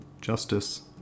justice